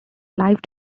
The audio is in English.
live